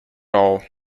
all